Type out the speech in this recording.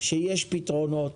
יש פתרונות.